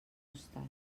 costat